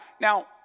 now